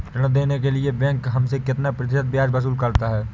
ऋण देने के लिए बैंक हमसे कितना प्रतिशत ब्याज वसूल करता है?